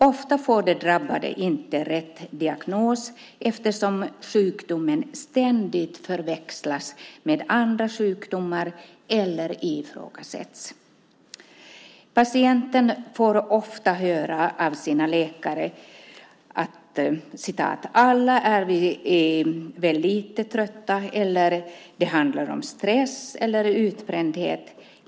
Ofta får de drabbade inte rätt diagnos eftersom sjukdomen ständigt förväxlas med andra sjukdomar eller ifrågasätts. Patienten får ofta höra av sina läkare att vi alla väl är lite trötta eller att det handlar om stress eller utbrändhet.